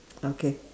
okay